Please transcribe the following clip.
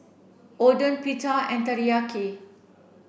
Oden Pita and Teriyaki